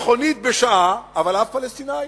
מכונית בשעה, אבל אף פלסטיני.